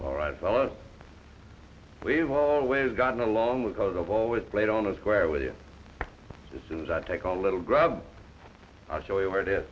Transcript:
all right fellows we've always gotten along with cause i've always played on a square with you as soon as i take a little grab i'll show you where it is